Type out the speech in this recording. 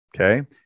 Okay